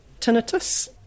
tinnitus